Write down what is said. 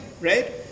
Right